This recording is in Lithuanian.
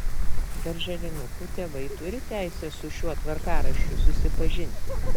darželinukų tėvai turi teisę su šiuo tvarkaraščiu susipažinti